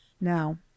now